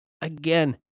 Again